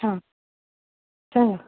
हां सांगां